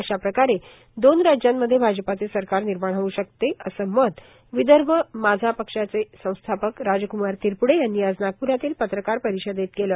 अशा प्रकारे दोन राज्यांमध्ये भाजपचे सरकार निर्माण होऊ शकते असे मत विदर्भ माझा पक्षाचे संस्थापक राजक्मार तिरप्डे यांनी आज नागप्रातील पत्रकार परिषदेत केले